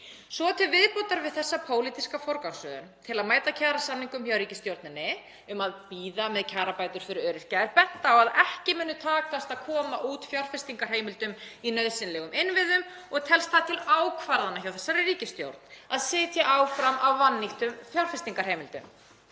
Svo til viðbótar við þessa pólitísku forgangsröðun til að mæta kjarasamningum hjá ríkisstjórninni, að bíða með kjarabætur fyrir öryrkja, er bent á að ekki muni takast að koma út fjárfestingarheimildum í nauðsynlegum innviðum og telst það til ákvarðana hjá þessari ríkisstjórn að sitja áfram á vannýttum fjárfestingarheimildum.